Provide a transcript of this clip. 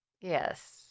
Yes